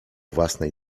własnej